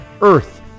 earth